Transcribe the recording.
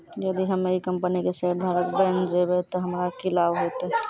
यदि हम्मै ई कंपनी के शेयरधारक बैन जैबै तअ हमरा की लाभ होतै